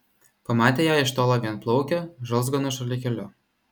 pamatė ją iš tolo vienplaukę žalzganu šalikėliu